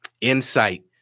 insight